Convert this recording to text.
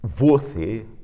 worthy